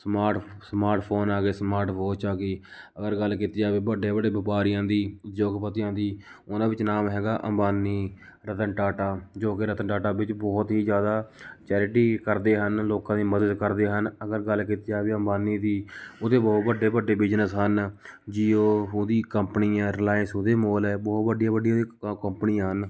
smart smart phone ਆ ਗਏ smart watch ਆ ਗਈ ਅਗਰ ਗੱਲ ਕੀਤੀ ਜਾਵੇ ਵੱਡੇ ਵੱਡੇ ਵਪਾਰੀਆਂ ਦੀ ਉਦਯੋਗਪਤੀਆਂ ਦੀ ਉਹਨਾਂ ਵਿੱਚ ਨਾਮ ਹੈਗਾ ਅੰਬਾਨੀ ਰਤਨ ਟਾਟਾ ਜੋ ਕਿ ਰਤਨ ਟਾਟਾ ਵਿੱਚ ਬਹੁਤ ਹੀ ਜ਼ਿਆਦਾ ਚੈਰਿਟੀ ਕਰਦੇ ਹਨ ਲੋਕਾਂ ਦੀ ਮਦਦ ਕਰਦੇ ਹਨ ਅਗਰ ਗੱਲ ਕੀਤੀ ਜਾਵੇ ਅੰਬਾਨੀ ਦੀ ਉਹਦੇ ਬਹੁਤ ਵੱਡੇ ਵੱਡੇ ਬਿਜਨਸ ਹਨ ਜੀਓ ਉਹਦੀ ਕੰਪਨੀ ਆ ਰਿਲਾਇੰਸ ਉਹਦੇ ਮੋਲ ਹੈ ਬਹੁਤ ਵੱਡੀਆਂ ਵੱਡੀਆਂ ਉਹਦੀਆਂ ਕ ਕੰਪਨੀਆਂ ਹਨ